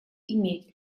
иметь